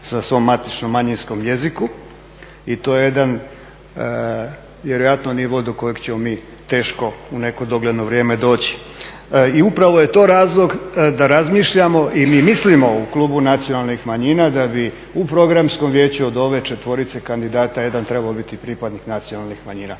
na svom matičnom manjinskom jeziku. I to je jedan vjerojatno nivo do kojeg ćemo mi teško u neko dogledno vrijeme doći. I upravo je to razlog da razmišljamo i mi mislimo u klubu nacionalnih manjina da bi u Programskom vijeću od ove 4 kandidata jedan trebao biti pripadnik nacionalnih manjina.